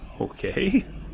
Okay